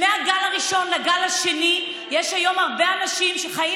ומהגל הראשון לגל השני יש היום הרבה אנשים שחיים